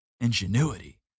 Ingenuity